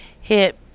hit